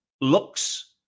looks